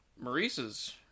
Maurice's